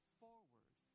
forward